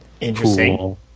Interesting